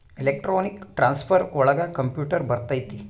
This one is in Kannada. ಎಲೆಕ್ಟ್ರಾನಿಕ್ ಟ್ರಾನ್ಸ್ಫರ್ ಒಳಗ ಕಂಪ್ಯೂಟರ್ ಬರತೈತಿ